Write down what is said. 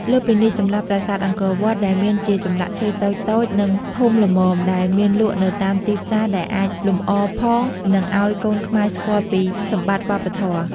លើសពីនេះ ចម្លាក់ប្រាសាទអង្គវត្តដែលមានជាចម្លាក់ឈើតូចៗ និងធំល្មមដែលមានលក់នៅតាមទីផ្សារដែលអាចលំអរផង និងឲ្យកូនខ្មែរស្គាល់ពីសម្បត្តិវប្បធម៌។